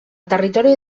territori